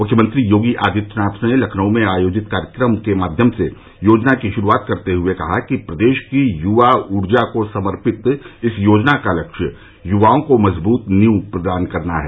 मुख्यमंत्री योगी आदित्यनाथ ने लखनऊ में आयोजित कार्यक्रम के माध्यम से योजना की शुरूआत करते हुए कहा कि प्रदेश की युवा ऊर्जा को समर्पित इस योजना का लक्ष्य युवाओं को मजबूत नींव प्रदान करना है